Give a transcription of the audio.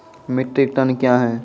Metric ton कया हैं?